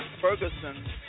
Ferguson